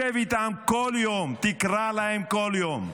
שב איתם כל יום, תקרא להם כל יום.